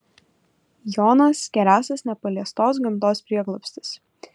jonas geriausias nepaliestos gamtos prieglobstis